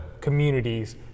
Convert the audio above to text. communities